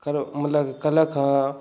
मतलब कयलक हेँ